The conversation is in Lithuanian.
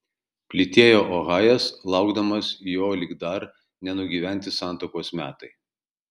plytėjo ohajas laukdamas jo lyg dar nenugyventi santuokos metai